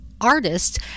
artists